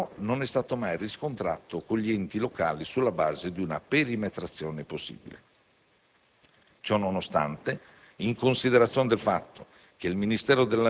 L'interesse, però, non è stato mai riscontrato con gli enti locali sulla base di una perimetrazione possibile. Ciò nonostante, in considerazione del fatto